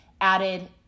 added